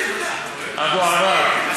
אבו עראר,